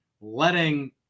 letting